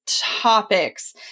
topics